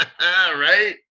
right